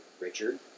Richard